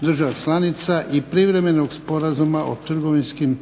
država članica, i privremenog Sporazuma o trgovinskim